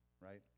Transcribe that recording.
right